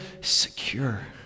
secure